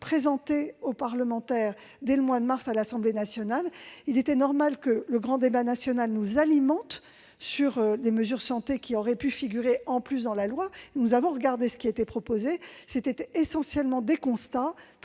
présenté aux parlementaires dès le mois de mars à l'Assemblée nationale. Il était logique que le grand débat national nous alimente sur des mesures de santé qui auraient pu figurer en plus dans la loi. Nous avons regardé ce qui était proposé. Il s'agissait essentiellement de constats,